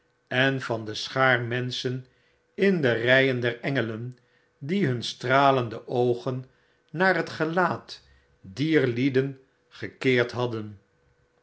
en van de schaar menschen en de ryen der engelen die hun stralende oogen naar net gelaat dier lieden gekeerd hadden